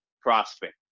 prospect